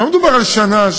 לא מדובר על שנה,